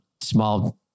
small